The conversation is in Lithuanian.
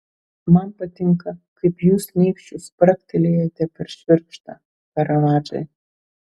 man patinka kaip jūs nykščiu spragtelėjate per švirkštą karavadžai